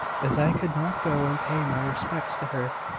as i could not go and pay my respects to her.